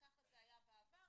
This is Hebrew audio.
וככה זה היה בעבר,